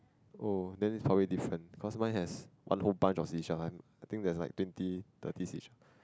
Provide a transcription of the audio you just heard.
oh then it's probably different cause mine has one whole bunch of seashell I'm I think there's like twenty thirty seashells